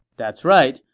that's right,